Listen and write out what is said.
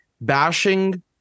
Bashing